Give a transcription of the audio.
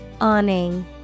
Awning